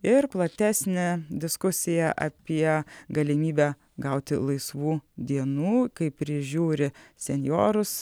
ir platesnė diskusija apie galimybę gauti laisvų dienų kai prižiūri senjorus